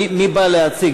מי בא להציג?